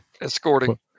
escorting